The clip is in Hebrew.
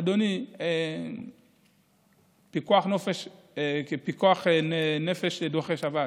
אדוני, אומרים שפיקוח נפש דוחה שבת.